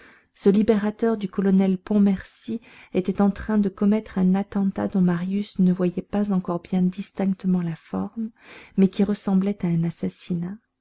ce libérateur du colonel pontmercy était en train de commettre un attentat dont marius ne voyait pas encore bien distinctement la forme mais qui ressemblait à un assassinat